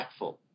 impactful